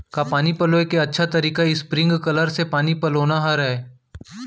का पानी पलोय के अच्छा तरीका स्प्रिंगकलर से पानी पलोना हरय?